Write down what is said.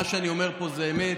מה שאני אומר פה זה אמת,